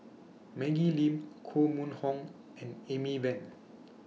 Maggie Lim Koh Mun Hong and Amy Van